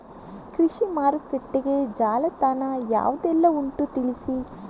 ಕೃಷಿ ಮಾರುಕಟ್ಟೆಗೆ ಜಾಲತಾಣ ಯಾವುದೆಲ್ಲ ಉಂಟು ತಿಳಿಸಿ